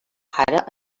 ara